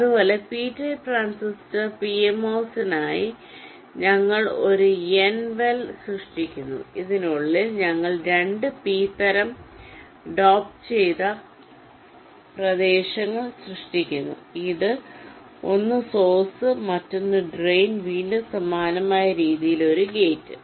അതുപോലെ P type transistor പിഎംഒഎസിനായി ഞങ്ങൾ ഒരു എൻ വെൽ സൃഷ്ടിക്കുന്നു ഇതിനുള്ളിൽ ഞങ്ങൾ 2 പി തരം ഡോപ്പ് ചെയ്ത പ്രദേശങ്ങൾ സൃഷ്ടിക്കുന്നു ഒന്ന് സോഴ്സ് മറ്റൊന്ന് ഡ്രെയിൻ വീണ്ടും സമാനമായ രീതിയിൽ ഒരു ഗേറ്റ്